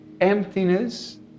emptiness